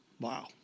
Wow